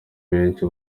benshi